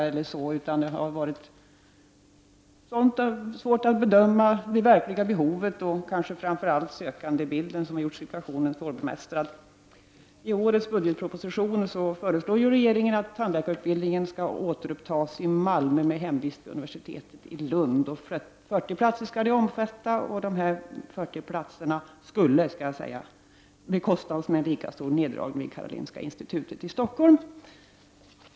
I stället har det varit sådant som svårigheter vid bedömningen av det verkliga behovet som har spelat in, men framför allt sökandebilden har kanske gjort situationen svårbemästrad. I årets budgetproposition föreslår regeringen att tandläkarutbildningen skall återupptas i Malmö med hemvist vid universitetet i Lund. 40 platser skall den omfatta där. Dessa 40 platser skulle bekostas med en lika stor neddragning vid Karolinska institutet i Stockholm.